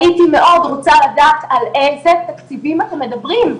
הייתי מאוד רוצה לדעת על איזה תקציבים אתם מדברים.